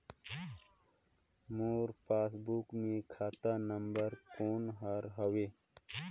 मोर passbook मे खाता number कोन हर हवे?